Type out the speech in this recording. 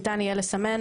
ניתן יהיה לסמן: